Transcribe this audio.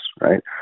Right